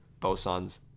bosons